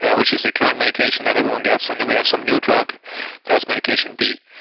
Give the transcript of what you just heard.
ah which is the current medication that everyone gets, and then we have some new drug that's medication b.